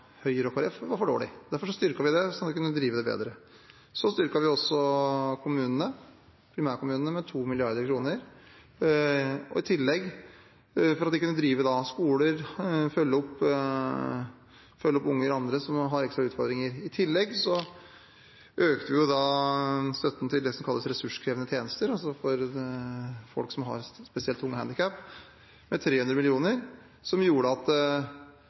Høyre og Kristelig Folkeparti, var for dårlig, og derfor styrket vi det, slik at en kan drive det bedre. Så styrket vi også kommunene, primærkommunene, med 2 mrd. kr for at de skal kunne drive skoler og følge opp unger og andre som har ekstra utfordringer. I tillegg økte vi støtten til det som kalles ressurskrevende tjenester, altså til folk som har spesielt tunge handikap, med 300 mill. kr. Dette lettet lokale kommunebudsjetter, som gjør at